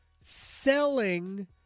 selling